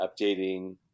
updating